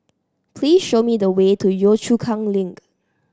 please show me the way to Yio Chu Kang Link